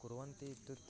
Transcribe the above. कुर्वन्ति इत्युक्ते